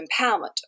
empowerment